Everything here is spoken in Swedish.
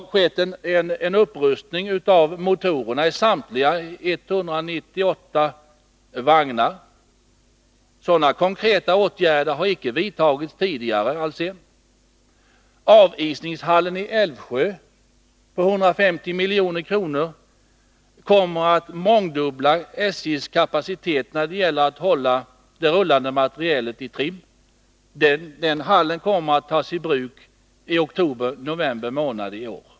Och det pågår en omlindning av motorerna i samtliga 198 vagnar. Sådana konkreta åtgärder har inte vidtagits tidigare, herr Alsén. Och avisningshallen i Älvsjö för 125 milj.kr. kommer att mångdubbla SJ:s kapacitet när det gäller att hålla den rullande materielen i trim. Den hallen kommer att tas i bruk i oktober-november i år.